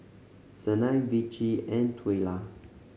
Sanai Vicie and Twyla